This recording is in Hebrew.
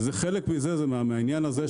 חלק מזה הוא מהעניין הזה,